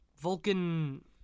Vulcan